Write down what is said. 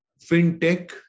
fintech